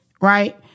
right